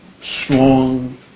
strong